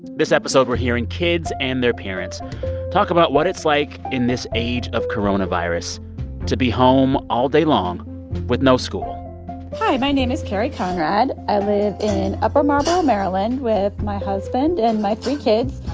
this episode, we're hearing kids and their parents talk about what it's like in this age of coronavirus to be home all day long with no school hi, my name is carrie conrad. i live in upper marlboro, md, and with my husband and my three kids.